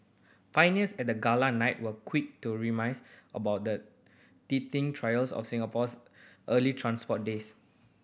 pioneers at the gala night were quick to reminisce about the teething trials of Singapore's early transport days